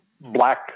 black